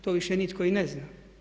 To više nitko i ne zna.